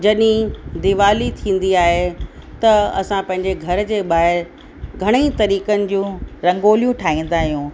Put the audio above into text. जॾहिं दिवाली थींदी आहे त असां पंहिंजे घर जे ॿाहिरि घणेई तरीक़नि जूं रंगोलियूं ठाहींदा आहियूं